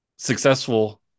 successful